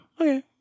Okay